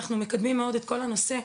אנחנו מקדמים מאוד את כל הנושא,